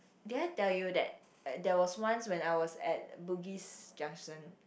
did I tell you that there was once when I was at Bugis-Junction